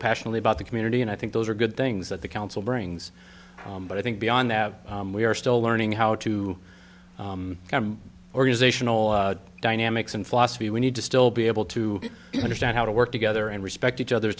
passionately about the community and i think those are good things that the council brings but i think beyond that we are still learning how to organizational dynamics and philosophy we need to still be able to understand how to work together and respect each other's